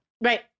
right